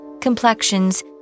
complexions